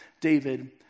David